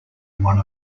one